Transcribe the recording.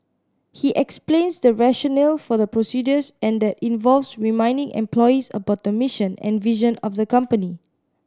he explains the rationale for the procedures and that involves reminding employees about the mission and vision of the company